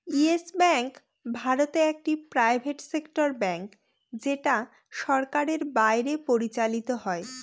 yes bank ভারতে একটি private sector bank যেটা সরকারের বাইরে পরিচালত হয়